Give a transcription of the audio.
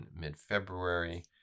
mid-February